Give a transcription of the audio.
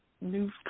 news